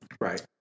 Right